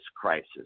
crisis